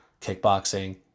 kickboxing